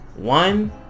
one